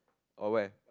or where